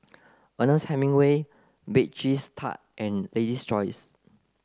Ernest Hemingway Bake Cheese Tart and Lady's Choice